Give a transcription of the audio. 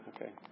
Okay